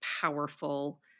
powerful